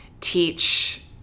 teach